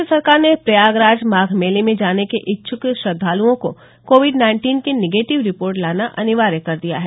प्रदेश सरकार ने प्रयागराज माघ मेले में जाने के इच्छुक श्रद्वालुओं को कोविड नाइन्टीन की निगेटिव रिपोर्ट लाना अनिवार्य कर दिया है